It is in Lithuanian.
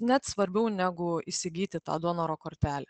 net svarbiau negu įsigyti tą donoro kortelę